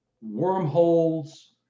wormholes